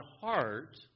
heart